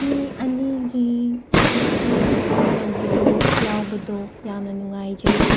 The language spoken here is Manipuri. ꯃꯤ ꯑꯅꯤꯒꯤ ꯅꯨꯡꯁꯤ ꯄꯟꯊꯨꯡ ꯌꯧꯕꯗꯣ ꯌꯥꯎꯕꯗꯣ ꯌꯥꯝꯅ ꯅꯨꯡꯉꯥꯏꯖꯩ